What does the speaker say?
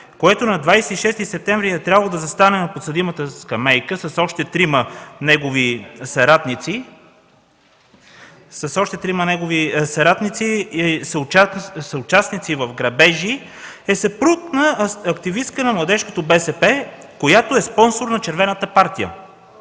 което на 26 септември е трябвало да застане на подсъдимата скамейка с още трима негови съратници и съучастници в грабежи, е съпруг на активистка на младежкото БСП, която е спонсор на червената партия.